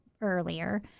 earlier